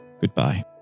goodbye